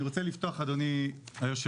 אני רוצה לפתוח אדוני היו"ר,